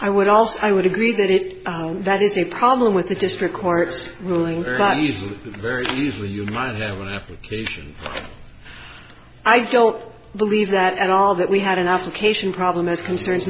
i would also i would agree that if that is a problem with the district court's ruling or not he's a very easily you might have an application i don't believe that at all that we had an application problem as concerns